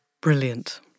Brilliant